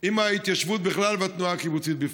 עם ההתיישבות בכלל ועם התנועה הקיבוצית בפרט.